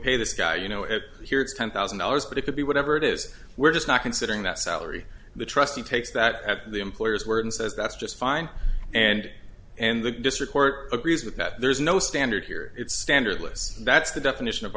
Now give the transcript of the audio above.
pay this guy you know it here it's ten thousand dollars but it could be whatever it is we're just not considering that salary the trustee takes that at the employer's word and says that's just fine and and the district court agrees with that there's no standard here it's standardless that's the definition of